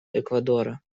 эквадора